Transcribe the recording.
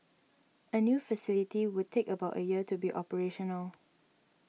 a new facility would take about a year to be operational